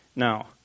Now